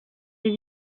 des